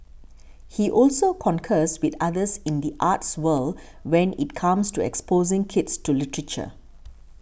he also concurs with others in the arts world when it comes to exposing kids to literature